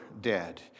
dead